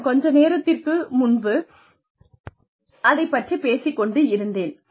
நான் கொஞ்ச நேரத்திற்கு முன்பாக அதைப் பற்றிப் பேசிக் கொண்டிருந்தேன்